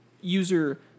User